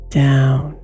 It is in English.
down